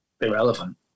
irrelevant